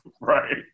Right